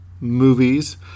Movies